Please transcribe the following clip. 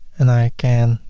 and i can